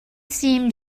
seemed